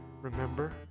Remember